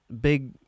big